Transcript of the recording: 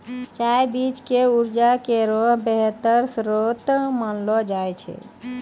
चिया बीज उर्जा केरो बेहतर श्रोत मानलो जाय छै